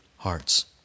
Hearts